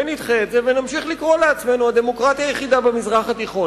ונדחה את זה ונמשיך לקרוא לעצמנו הדמוקרטיה היחידה במזרח התיכון.